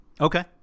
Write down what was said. Okay